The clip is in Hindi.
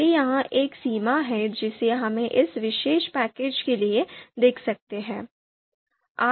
इसलिए यह एक सीमा है जिसे हम इस विशेष पैकेज के लिए देख सकते हैं